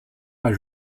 très